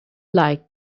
like